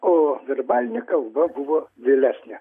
o verbalinė kalba buvo vėlesnė